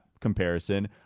comparison